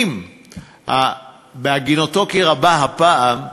בהגינותו כי רבה הפעם,